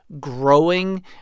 growing